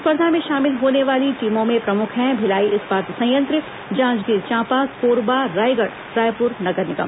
स्पर्धा में शामिल होने वाली टीमो में प्रमुख हैं भिलाई इस्पात संयंत्र जांजगीर चांपा कोरबा रायगढ़ रायपुर नगर निगम